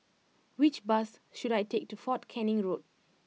which bus should I take to Fort Canning Road